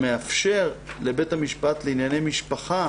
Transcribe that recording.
המאפשר לבית המשפט לענייני משפחה